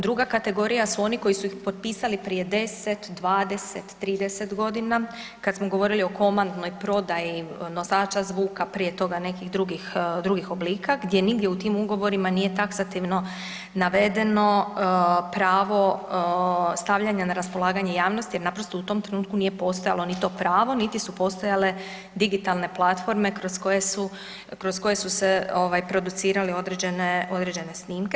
Druga kategorija su oni koji su ih potpisali prije 10, 20, 30 godina kada smo govorili o komandnoj prodaji nosača zvuka prije toga nekih drugih oblika gdje nigdje u tim ugovorima nije taksativno navedeno pravo stavljanja na raspolaganja javnosti jer naprosto u tom trenutku nije postojalo ni to pravo niti su postojale digitalne platforme kroz koje su se producirale određene snimke.